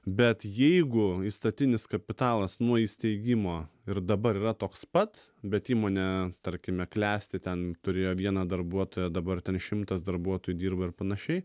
bet jeigu įstatinis kapitalas nuo įsteigimo ir dabar yra toks pat bet įmonė tarkime klesti ten turėjo vieną darbuotoją dabar ten šimtas darbuotojų dirba ir panašiai